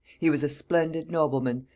he was a splendid nobleman,